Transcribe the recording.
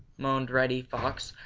moaned reddy fox,